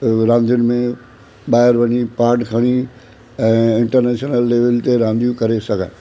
रांदियुनि में ॿाहिरि वञी पार्ट खणी ऐं इंटरनेशनल लेविल ते रांदियूं करे सघनि